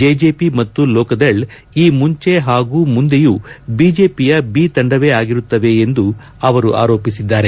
JJP ಮತ್ತು ಲೋಕದಳ್ ಈ ಮುಂಜೆ ಹಾಗೂ ಮುಂದೆಯೂ ಬಿಜೆಪಿಯ ಬಿ ತಂಡವೇ ಆಗಿರುತ್ತವೆ ಎಂದು ಅವರು ಆರೋಪಿಸಿದ್ದಾರೆ